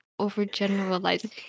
overgeneralizing